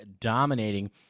dominating